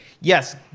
yes